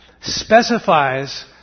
specifies